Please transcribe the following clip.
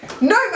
No